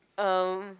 um